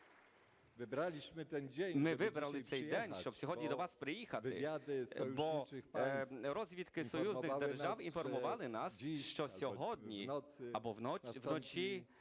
Ми вибрали цей день, щоб сьогодні до вас приїхати, бо розвідки союзних держав інформували нас, що сьогодні або вночі